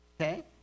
Okay